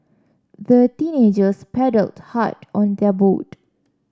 the teenagers paddled hard on their boat